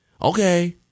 Okay